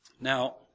Now